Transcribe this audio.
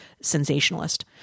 sensationalist